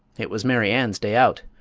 it was mary ann's day out.